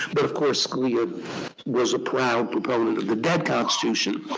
but, of course, scalia was a proud proponent of the dead constitution.